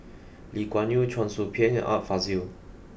Lee Kuan Yew Cheong Soo Pieng and Art Fazil